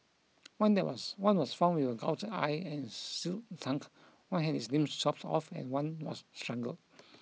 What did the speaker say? one there was one was found with a gouged eye and slit tongue one had its limbs chopped off and one was strangled